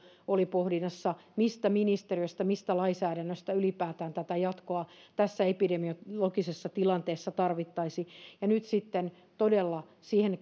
jatkossa oli pohdinnassa mistä ministeriöstä mistä lainsäädännöstä ylipäätään tätä jatkoa tässä epidemiologisessa tilanteessa tarvittaisiin nyt sitten todella siihen